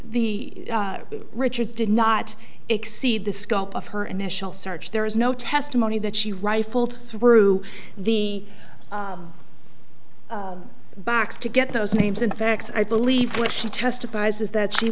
e richards did not exceed the scope of her initial search there is no testimony that she rifled through the box to get those names in fact i believe what she testifies is that she